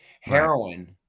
Heroin